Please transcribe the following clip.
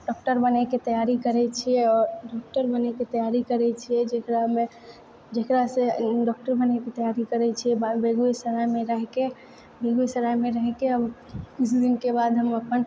doctor बनैके तैयारी करै छियै आओर डॉक्टर बनैके तैयारी करै छियै जकरामे जकरा से डॉक्टर बनैके तैयारी करै छियै बेगूएसरायमे रहिके बेगूसरायमे रहिके किछु दिनके बाद हम अपन